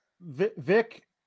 Vic